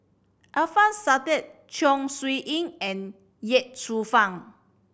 Alfian Sa'at Chong Siew Ying and Ye Shufang